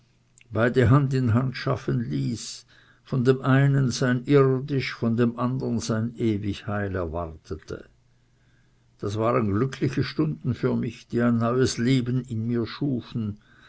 beide hand in hand schlagen ließ von dem einen sein irdisch von dem andern sein ewig heil erwartete das waren glückliche stunden für mich die ein neues leben in mir schufen